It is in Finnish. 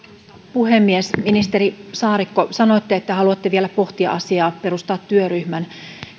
puhemies ministeri saarikko sanoitte että haluatte vielä pohtia asiaa perustaa työryhmän